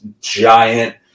giant